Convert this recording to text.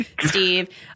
Steve